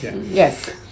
Yes